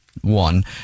one